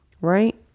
right